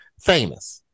famous